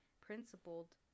principled